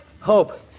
Hope